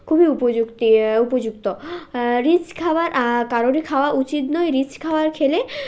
খুবই উপযুক্তি উপযুক্ত রিচ খাবার কারোরই খাওয়া উচিত নয় রিচ খাবার খেলে